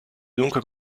dunque